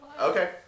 Okay